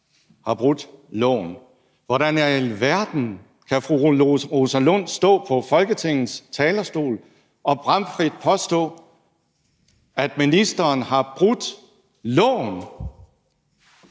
har brudt loven. Hvordan i alverden kan fru Rosa Lund stå på Folketingets talerstol og bramfrit påstå, at ministeren har brudt loven?